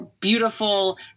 beautiful